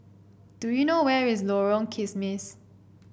do you know where is Lorong Kismis